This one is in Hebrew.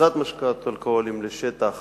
הכנסת משקאות אלכוהוליים לשטח